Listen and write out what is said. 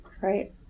right